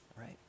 right